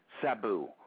Sabu